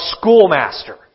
schoolmaster